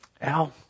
Al